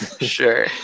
Sure